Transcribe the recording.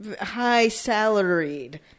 High-salaried